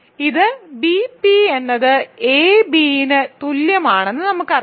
ഇത് B p എന്നത് ab ന് തുല്യമാണെന്ന് നമുക്കറിയാം